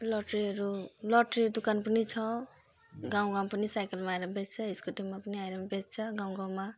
लट्रीहरू लट्री दोकान पनि छ गाउँगाउँमा पनि साइकलमा आएर बेच्छ स्कुटीमा पनि आएर बेच्छ गाउँगाउँमा